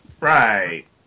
Right